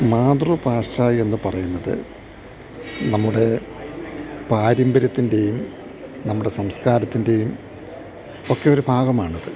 മാതൃഭാഷ എന്നു പറയുന്നത് നമ്മുടെ പാരമ്പര്യത്തിൻ്റെയും നമ്മുടെ സംസ്കാരത്തിൻ്റെയും ഒക്കെ ഒരു ഭാഗമാണത്